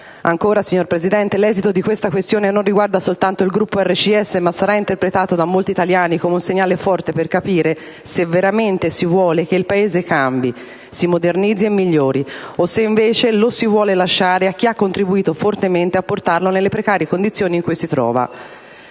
Paese. Signor Presidente, l'esito di questa questione non riguarda soltanto il Gruppo RCS ma sarà interpretato da molti italiani come un segnale forte per capire se veramente si vuole che il Paese cambi, si modernizzi e migliori, o se invece lo si vuole lasciare a chi ha contribuito fortemente a portarlo nelle precarie condizioni in cui si trova».